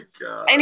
God